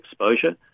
exposure